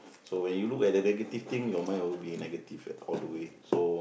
so when you look at the negative thing your mind will be negative all the way so